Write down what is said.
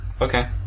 okay